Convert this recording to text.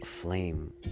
flame